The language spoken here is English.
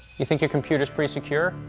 you think your computer's pretty secure?